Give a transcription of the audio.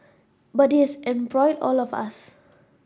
but it has embroiled all of us